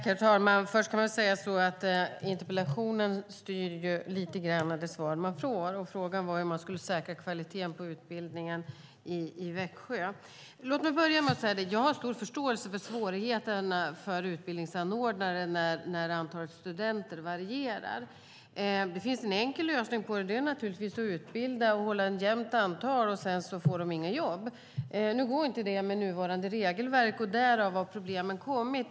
Herr talman! Interpellationen styr det svar man får. Frågan i interpellationen var hur man skulle säkra kvaliteten på utbildningen i Växjö. Jag har stor förståelse för svårigheten för utbildningsanordnaren när antalet studenter varierar. Det finns naturligtvis en enkel lösning på det: att hålla ett jämnt antal studieplatser. Men sedan får en del poliser inga jobb. Detta går inte med nuvarande regelverk. Därav har problemen kommit.